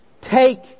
take